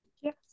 yes